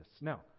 Now